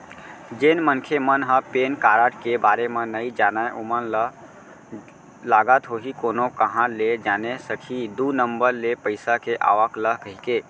जेन मनखे मन ह पेन कारड के बारे म नइ जानय ओमन ल लगत होही कोनो काँहा ले जाने सकही दू नंबर ले पइसा के आवक ल कहिके